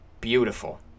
beautiful